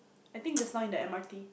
I think just now in the M_R_T